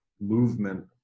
movement